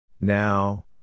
Now